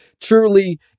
Truly